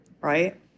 right